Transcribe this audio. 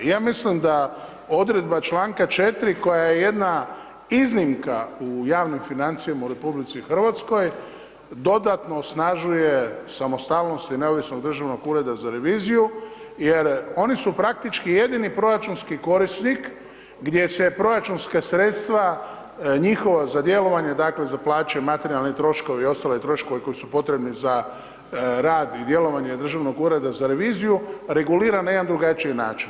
Ja mislim da odredba čl. 4. koja je jedna iznimka u javnim financijama u RH dodatno osnažuje samostalnost i neovisnost Državnog ureda za reviziju jer oni su praktički jedni proračunski korisnik gdje se proračunska sredstva njihova za djelovanje, dakle, za plaće, materijalni troškovi i ostali troškovi koji su potrebni za rad i djelovanje Dražavnog ureda za reviziju, reguliran na jedan drugačiji način.